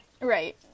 Right